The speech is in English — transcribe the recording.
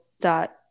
dot